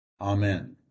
Amen